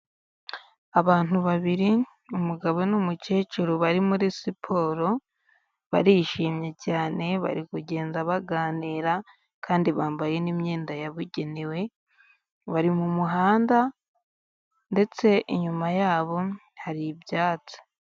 Abantu babiri umugabo n'umukecuru bari muri siporo, barishimye cyane bari kugenda baganira kandi bambaye n' imyenda yabugenewe. Bari mu mu muhanda ndetse inyuma yabo hari ibyatsi.